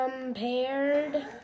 compared